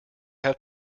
have